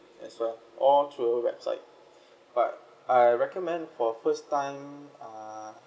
as well or through our website but I recommend for first time err